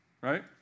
right